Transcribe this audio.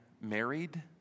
married